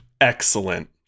Excellent